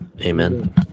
Amen